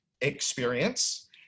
experience